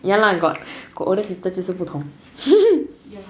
ya lah got got older sister 就是不同